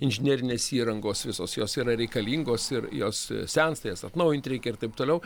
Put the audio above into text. inžinerinės įrangos visos jos yra reikalingos ir jos sensta jas atnaujinti reikia ir taip toliau